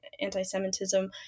anti-Semitism